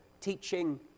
teaching